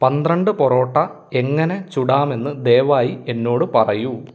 പന്ത്രണ്ട് പൊറോട്ട എങ്ങനെ ചുടാമെന്ന് ദയവായി എന്നോട് പറയൂ